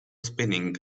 spinning